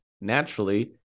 naturally